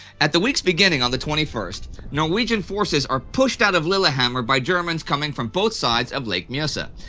at the week's beginning on the twenty first, norwegian forces are pushed out of lillehammer by germans coming from both sides of lake mjosa.